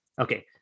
Okay